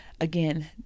again